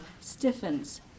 stiffens